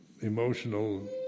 emotional